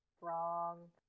wrong